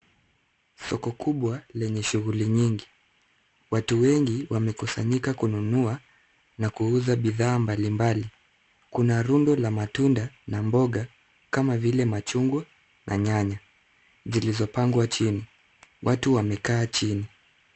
Soko kubwa lenye shughuli nyingi. Watu wengi wamekusanyika kununua na kuuza bidhaa mbali mbali. Kuna rundo la matunda na mboga kama vile machungwa na nyanya zilizopangwa chini. Watu wamekaa chini.